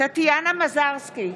טטיאנה מזרסקי,